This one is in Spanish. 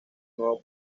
nuevo